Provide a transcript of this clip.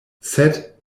sed